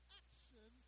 action